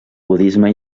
budisme